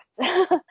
Yes